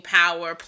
power